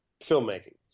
filmmaking